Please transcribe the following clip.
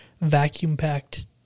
vacuum-packed